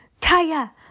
Kaya